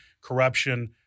corruption